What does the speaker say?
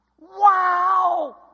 Wow